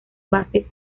bases